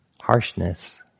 harshness